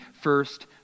first